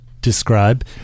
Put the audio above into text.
describe